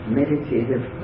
meditative